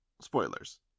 Spoilers